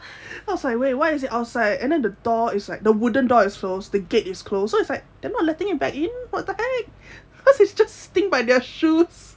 then I was like wait why is it outside and then the door is like the wooden door is closed the gate is closed so it's like they not letting it back in what the heck cause it's just sitting by their shoes